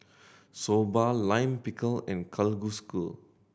Soba Lime Pickle and Kalguksu